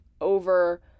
over